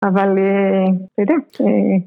‫אבל... אתה יודע